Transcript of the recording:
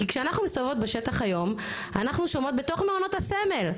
כי כשאנחנו מסתובבות בשטח היום אנחנו שומעות בתוך מעונות הסמל,